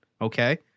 Okay